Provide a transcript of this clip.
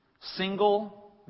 single